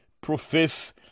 profess